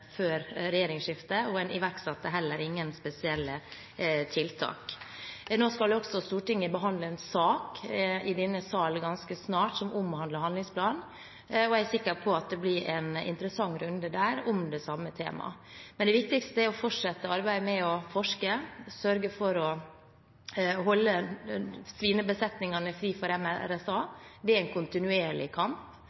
før regjeringsskiftet, og en iverksatte heller ingen spesielle tiltak. Nå skal også Stortinget behandle en sak i denne sal ganske snart som omhandler en handlingsplan, og jeg er sikker på at det blir en interessant runde der om det samme temaet. Men det viktigste er å fortsette arbeidet med å forske og sørge for å holde svinebesetningene fri for MRSA – det er en kontinuerlig kamp